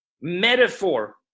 metaphor